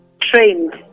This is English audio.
trained